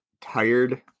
tired